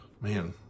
man